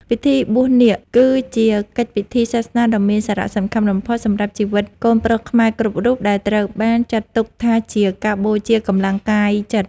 ពិធីបួសនាគ គឺជាកិច្ចពិធីសាសនាដ៏មានសារៈសំខាន់បំផុតសម្រាប់ជីវិតកូនប្រុសខ្មែរគ្រប់រូប ដែលត្រូវបានចាត់ទុកថាជាការបូជាកម្លាំងកាយចិត្ត